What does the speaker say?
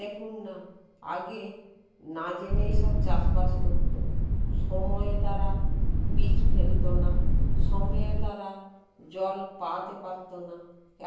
দেখুন না আগে না জেনেই সব চাষবাস করতো সময়ে তারা বীজ ফেলতো না সময়ে তারা জল পাওয়াতে পারতো না